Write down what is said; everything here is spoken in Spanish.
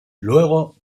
luego